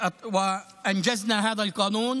הזה ומימשנו את החוק הזה.